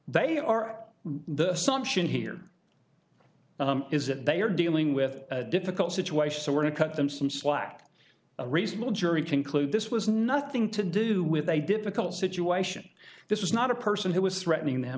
they are the sumption here is that they are dealing with a difficult situation so we're to cut them some slack a reasonable jury conclude this was nothing to do with a difficult situation this was not a person who was threatening them